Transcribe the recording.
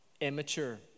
immature